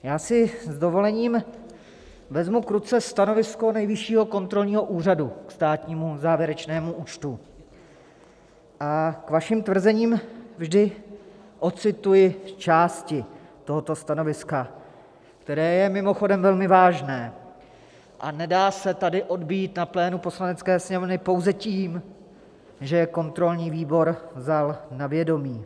Já si s dovolením vezmu k ruce stanovisko Nejvyššího kontrolního úřadu k státnímu závěrečnému účtu a k vašim tvrzením vždy odcituji části tohoto stanoviska, které je mimochodem velmi vážné a nedá se tady odbýt na plénu Poslanecké sněmovny pouze tím, že kontrolní výbor vzal na vědomí.